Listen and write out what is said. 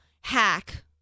hack